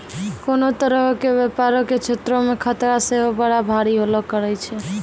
कोनो तरहो के व्यपारो के क्षेत्रो मे खतरा सेहो बड़ा भारी होलो करै छै